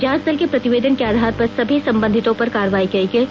जांच दल के प्रतिवेदन के आधार पर सभी संबंधितों पर कार्रवाई की गयी